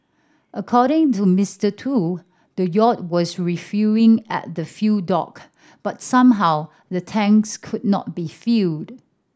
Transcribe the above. according to Mister Tu the yacht was refuelling at the fuel dock but somehow the tanks could not be filled